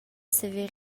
saver